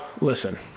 Listen